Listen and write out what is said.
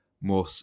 more